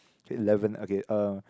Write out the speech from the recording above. K eleven okay uh